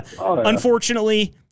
unfortunately